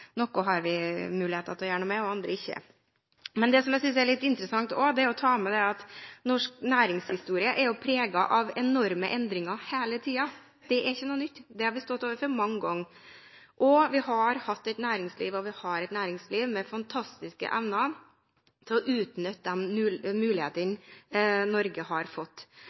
Det som jeg synes er litt interessant, er å ta med at norsk næringshistorie er preget av enorme endringer hele tiden. Det er ikke noe nytt, det har vi stått overfor mange ganger. Vi har hatt – og vi har – et næringsliv med fantastiske evner til å utnytte de mulighetene som er i Norge. Grunnlaget for utviklingen Norge har